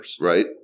Right